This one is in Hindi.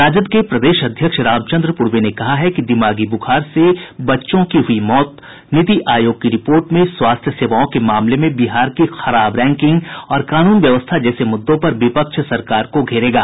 राजद के प्रदेश अध्यक्ष रामचंद्र पूर्व ने कहा है कि दिमागी बुखार से बच्चों की हुई मौत नीति आयोग की रिपोर्ट में स्वास्थ्य सेवाओं के मामले में बिहार की खराब रैंकिंग और कानून व्यवस्था जैसे मुद्दों पर विपक्ष सरकार को घेरेगा